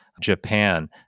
Japan